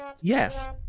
yes